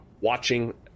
watching